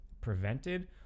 prevented